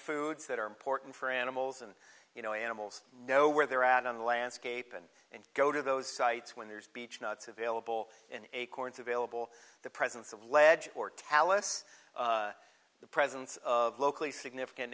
that are important for animals and you know animals know where they're at on the landscape and and go to those sites when there's beechnuts available and acorns available the presence of ledge or tallis the presence of locally significant